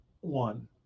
one